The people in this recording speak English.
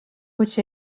which